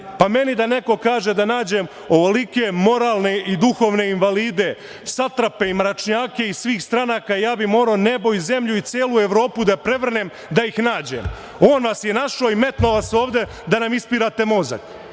neko da kaže da nađem ovolike moralne i duhovne invalide, satrape i mračnjake iz svih stranaka, ja bih morao nebo i zemlju i celu Evropu da prevrnem da ih nađem. On vas je našao i metnuo vas je ovde da nam ispirate mozak.